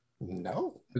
No